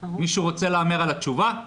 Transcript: מישהו רוצה להמר על התשובה?